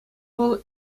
вӑл